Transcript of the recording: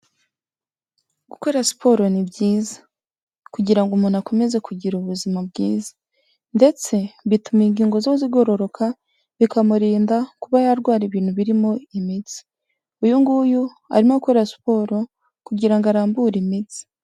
Gukora siporo ni byiza, kugira ngo umuntu akomeze kugira ubuzima bwiza, ndetse bituma ingingo ziba zigororoka bikamurinda kuba yarwara ibintu birimo imitsi, uyu nguyu arimo akora siporo kugira ngo arambure imitsi.